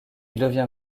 devient